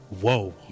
Whoa